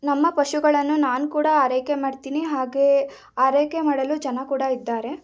ನಮ್ಮ ಪಶುಗಳನ್ನು ನಾನು ಕೂಡ ಆರೈಕೆ ಮಾಡ್ತೀನಿ ಹಾಗೆ ಆರೈಕೆ ಮಾಡಲು ಜನ ಕೂಡ ಇದ್ದಾರೆ